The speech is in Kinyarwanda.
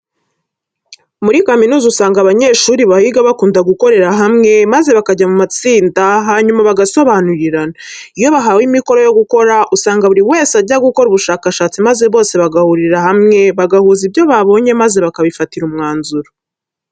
Muri kaminuza usanga abanyeshuri bahiga bakunda gukorera hamwe maze bakajya mu matsinda hanyuma bagasobanurirana. Iyo bahawe imikoro yo gukora, usanga buri wese ajya gukora ubushakashatsi maze bose bagahurira hamwe, bagahuza ibyo babonye maze bakabifatira umwanzuro.